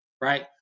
right